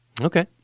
Okay